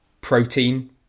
protein